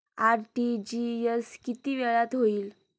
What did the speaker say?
RTGS किती वेळात होईल?